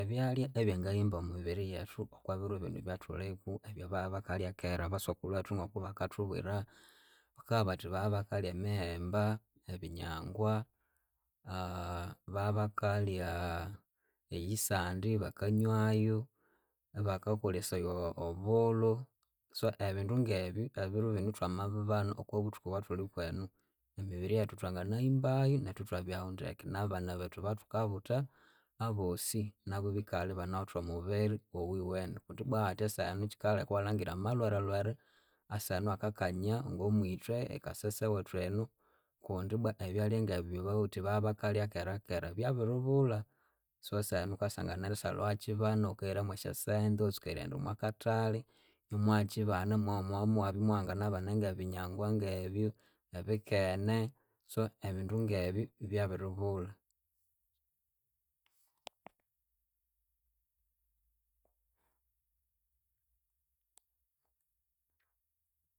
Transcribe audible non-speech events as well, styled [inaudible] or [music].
Ebyalya ebyangahimba omubiri yethu okwabiru binu ebyathuliko ebyababakalya kera abasukulhu wethu kubakathubwira. Bakabugha bathi babakalya eyisande babakanywayu, ibakakolesaya obulhu. So ebindu ngebyu ebirobinu thwamabibana okwabuthuku obwathulikwenu emibiri yethu thwanginahimbayu nethu ithwabyahu ndeke nabana bethu abathukabutha abosi abu ibikalha ibanawithe omubiri owiwene. Kundi ibwa hatya kyikaleka iwalhangira amalwere lwere asahenu akakanya ngomwithwe e Kasese ewethu enu kundi kundibwa ebyalya ngebyu ababuthi babakalya kerakera byabiribulha. So sehenu wukasangana erisalha wukakyibana wukahiramwesyasente iwatsuka erighenda omwakathali imuwakyibana [hesitation] imuwabya iwanginabana ngebinyangwa ngebyu, ebikene, so ebindu ngebya byabiribulha